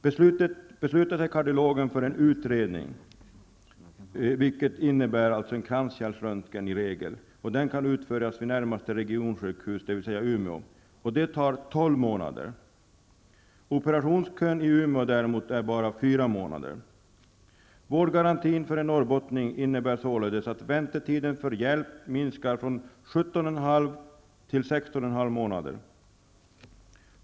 Beslutar sig kardiologen för utredning, vilket i regel innebär en kranskärlsröntgen, och den kan utföras vid närmaste regionsjukhus, dvs. i Umeå, så tar det tolv månader. Operationskön i Umeå är däremot bara fyra månader. Vårdgarantin för en norrbottning innebär således att väntetiden för hjälp minskar från 17 1 2 månad!